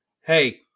hey